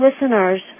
listeners